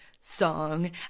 song